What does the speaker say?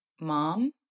mom